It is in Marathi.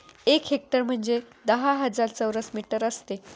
एक हेक्टर म्हणजे दहा हजार चौरस मीटर असते